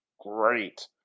great